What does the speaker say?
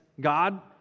God